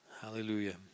Hallelujah